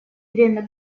время